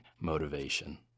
motivation